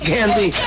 Candy